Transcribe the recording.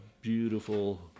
beautiful